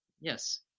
Yes